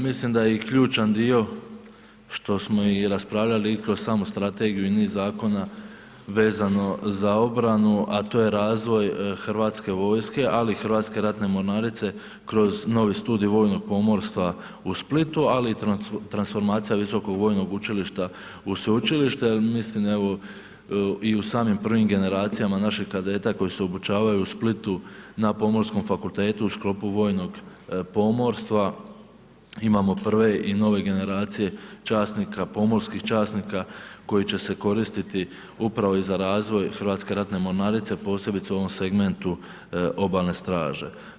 Mislim da je i ključan dio, što smo i raspravljali i kroz samu strategiju i niz zakona vezano za obranu, a to je razvoj hrvatske vojske, ali i Hrvatske ratne mornarice kroz novi studij vojnog pomorstva u Splitu, ali i transformacija visokog vojnog učilišta u sveučilište jer mislim evo i u samim prvim generacijama naših kadeta koji se obučavaju u Splitu na Pomorskom fakultetu u sklopu vojnog pomorstva imamo prve i nove generacije časnika, pomorskih časnika koji će se koristiti upravo i za razvoj Hrvatske ratne mornarice, posebice u ovom segmentu obalne straže.